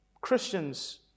Christians